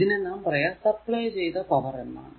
ഇതിനെ നാം പറയുക സപ്ലൈ ചെയ്ത പവർ എന്നാണ്